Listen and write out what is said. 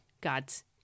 God's